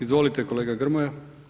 Izvolite, kolega Grmoja.